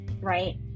right